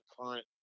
current